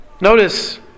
Notice